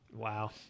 Wow